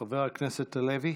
חבר הכנסת הלוי.